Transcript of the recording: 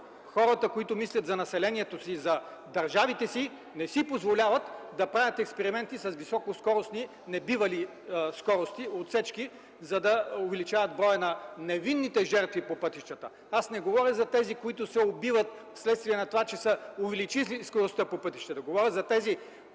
хората, които мислят за населението и държавите си, не си позволяват да правят експерименти с високоскоростни, небивали скоростни отсечки, за да увеличават броя на невинните жертви по пътищата. Аз не говоря за тези, които се убиват вследствие на това, че са увеличили скоростта по пътищата, говоря за тези,